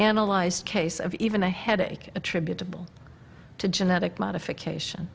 analyzed case of even a headache attributable to genetic modification